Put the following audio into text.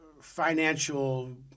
financial